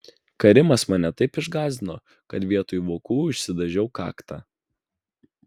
karimas mane taip išgąsdino kad vietoj vokų išsidažiau kaktą